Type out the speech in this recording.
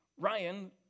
Ryan